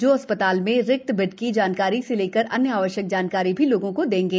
जो अस् ताल में बेड रिक्त की जानकारी से लेकर अन्य आवश्यक जानकारी लोगों को देंगे